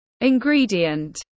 ingredient